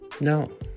No